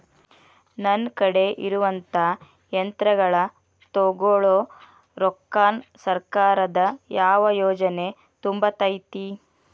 ನನ್ ಕಡೆ ಇರುವಂಥಾ ಯಂತ್ರಗಳ ತೊಗೊಳು ರೊಕ್ಕಾನ್ ಸರ್ಕಾರದ ಯಾವ ಯೋಜನೆ ತುಂಬತೈತಿ?